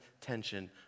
tension